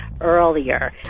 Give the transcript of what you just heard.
earlier